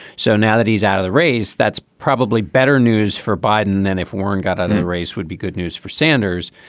so now that he's out of the race, that's probably better news for biden than if warren got in. and the race would be good news for sanders.